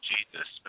Jesus